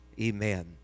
Amen